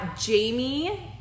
jamie